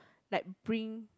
like bring